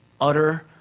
Utter